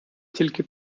тільки